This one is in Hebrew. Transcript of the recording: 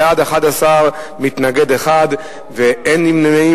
בעד, 11, מתנגד אחד, ואין נמנעים.